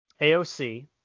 aoc